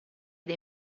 dei